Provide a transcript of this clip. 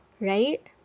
right